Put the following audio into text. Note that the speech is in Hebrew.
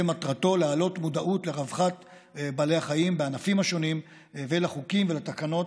ומטרתו להעלות מודעות לרווחת בעלי החיים בענפים השונים ולחוקים ולתקנות